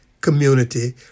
community